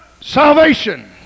salvation